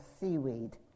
seaweed